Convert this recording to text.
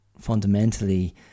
fundamentally